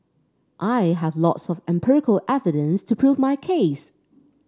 I have lots of empirical evidence to prove my case